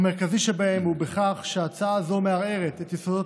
המרכזי שבהם הוא שהצעה זו מערערת את יסודות